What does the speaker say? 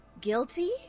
Guilty